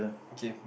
okay